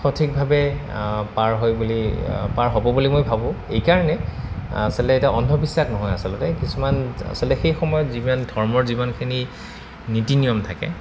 সঠিকভাৱে পাৰ হয় বুলি পাৰ হ'ব বুলি মই ভাবোঁ এইকাৰণে আচলতে এতিয়া অন্ধবিশ্বাস নহয় আচলতে কিছুমান আচলতে সেই সময়ত যিমান ধৰ্মৰ জীৱনখিনি নীতি নিয়ম থাকে